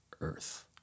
earth